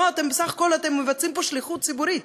לא, אתם בסך הכול מבצעים פה שליחות ציבורית,